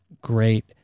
great